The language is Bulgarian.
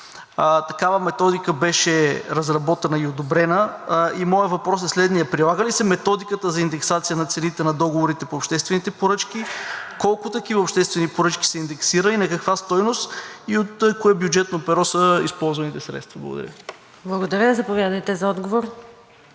Такава методика беше разработена и одобрена. Моят въпрос е следният: прилага ли се методика за индексация на цените на договорите по обществените поръчки, колко такива обществени поръчки са индексирани и на каква стойност и от кое бюджетно перо са използваните средства? Благодаря Ви.